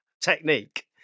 technique